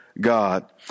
God